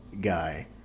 guy